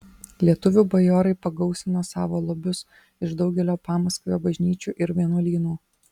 lietuvių bajorai pagausino savo lobius iš daugelio pamaskvio bažnyčių ir vienuolynų